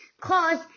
cause